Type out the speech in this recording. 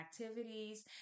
activities